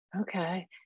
okay